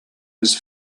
his